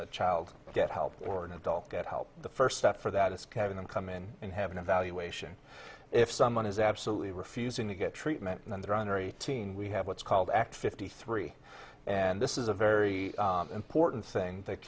the child get help or an adult get help the first step for that is having them come in and have an evaluation if someone is absolutely refusing to get treatment and then they're under eighteen we have what's called act fifty three and this is a very important thing that